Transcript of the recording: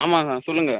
ஆமாங்க சொல்லுங்கள்